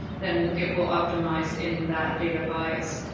then it will optimize in that data bias.